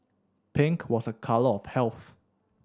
pink was a colour of health